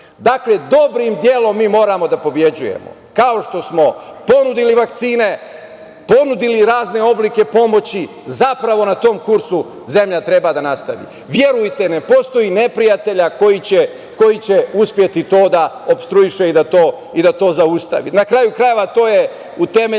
dobrim delom mi moramo da pobeđujemo, kao što smo ponudili vakcine, ponudili razne oblike pomoći, zapravo na tom kursu zemlja treba da nastavi. Verujte, ne postoje neprijatelji koji će uspeti to da opstrujiše i da to zaustavi. Na kraju krajeva, to je utemeljeno